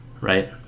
right